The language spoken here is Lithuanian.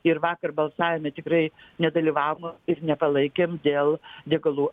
ir vakar balsavime tikrai nedalyvavom ir nepalaikėm dėl degalų